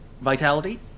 vitality